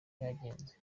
cyagenze